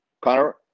Connor